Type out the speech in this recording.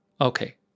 Okay